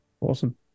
Awesome